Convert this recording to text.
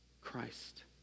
Christ